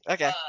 Okay